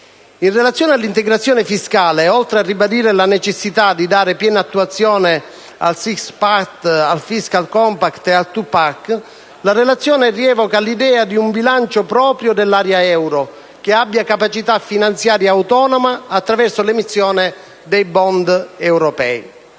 In relazione all'integrazione fiscale, oltre a ribadire la necessità di dare piena attuazione al *Six pack*, al *Fiscal compact* e al *Two pack*, la relazione evoca l'idea di un bilancio proprio dell'area euro, che abbia capacità finanziaria autonoma, attraverso l'emissione di *bond* europei.